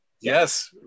Yes